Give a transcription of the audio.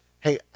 Hey